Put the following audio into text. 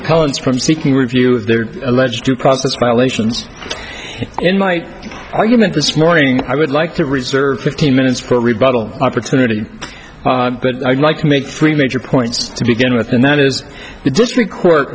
opponents from seeking review of their alleged due process violations in my argument this morning i would like to reserve fifteen minutes for rebuttal opportunity but i'd like to make three major points to begin with and that is the district court